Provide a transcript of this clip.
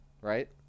Right